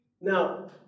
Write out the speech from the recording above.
Now